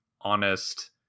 honest